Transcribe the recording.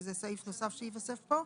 וזה סעיף נוסף שיתווסף פה,